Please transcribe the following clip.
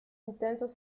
intensos